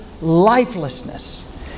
lifelessness